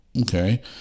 Okay